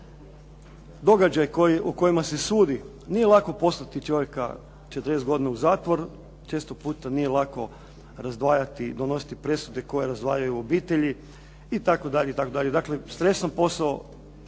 događaj o kojima se sudi nije lako poslati čovjeka 40 godina u zatvor. Često puta nije lako razdvajati, donositi presude koje razdvajaju obitelji itd. itd. Dakle, stresan posao.